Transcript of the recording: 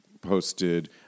posted